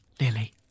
lily